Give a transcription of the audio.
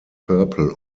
purple